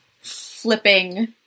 flipping